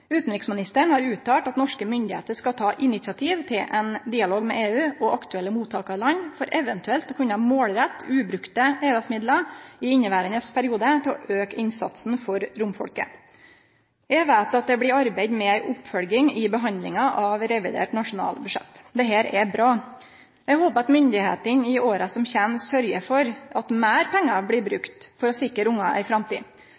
Utanriksministeren har uttalt at norske myndigheiter skal ta initiativ til ein dialog med EU og aktuelle mottakarland for eventuelt å kunne målrette ubrukte EØS-midlar i inneverande periode til å auke innsatsen for romfolket. Eg veit at det blir arbeidd med ei oppfølging i behandlinga av revidert nasjonalbudsjett. Dette er bra. Eg håpar at myndigheitene i åra som kjem, sørgjer for at meir pengar blir